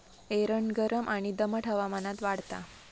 एरंड गरम आणि दमट हवामानात वाढता